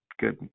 good